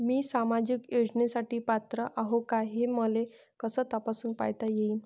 मी सामाजिक योजनेसाठी पात्र आहो का, हे मले कस तपासून पायता येईन?